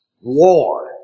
war